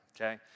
okay